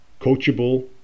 coachable